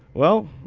well,